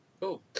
cool